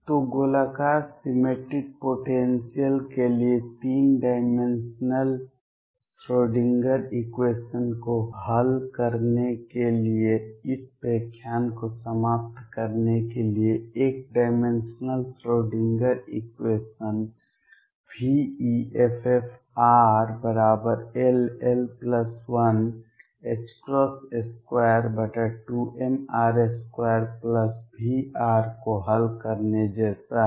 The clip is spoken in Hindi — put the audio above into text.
तो गोलाकार सिमेट्रिक पोटेंसियल के लिए 3 डायमेंशनल श्रोडिंगर इक्वेशन को हल करने के लिए इस व्याख्यान को समाप्त करने के लिए एक डायमेंशनल श्रोडिंगर इक्वेशन veffrll122mr2V को हल करने जैसा है